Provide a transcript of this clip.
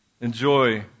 Enjoy